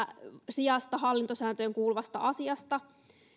sijasta hallintosääntöön kuuluvasta asiasta